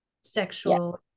sexual